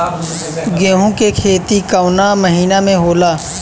गेहूँ के खेती कवना महीना में होला?